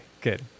good